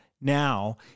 now